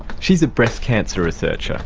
she is a breast cancer researcher.